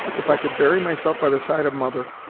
if i could bury myself by the side of mother,